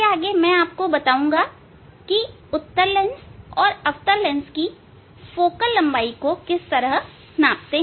आगे मैं आपको बताऊंगा कि उत्तल लेंस और अवतल लेंस की फोकल लंबाई को किस तरह नापते हैं